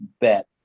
bet